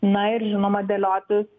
na ir žinoma dėliotis